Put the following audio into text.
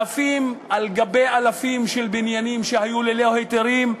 אלפים על גבי אלפים של בניינים שהיו ללא היתרים,